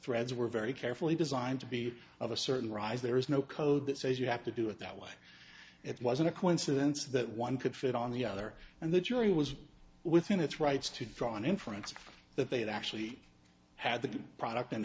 threads were very carefully designed to be of a certain rise there is no code that says you have to do it that way it wasn't a coincidence that one could fit on the other and the jury was within its rights to draw an inference that they had actually had the product